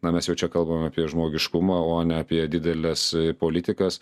na mes jau čia kalbam apie žmogiškumą o ne apie dideles politikas